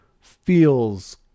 feels